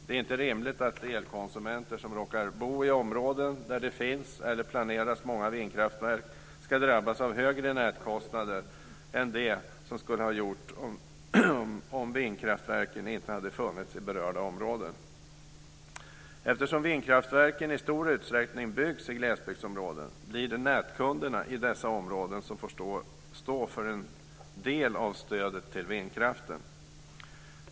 Det är inte rimligt att elkonsumenter som råkar bo i områden där det finns eller planeras många vindkraftverk ska drabbas av högre nätkostnader än de skulle ha gjort om vindkraftverken inte hade funnits i berörda områden. Eftersom vindkraftverken i stor utsträckning byggs i glesbygdsområden blir det nätkunderna i dessa områden som får stå för en del av stödet till vindkraften.